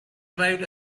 arrived